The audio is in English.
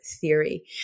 theory